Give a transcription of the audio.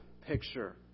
picture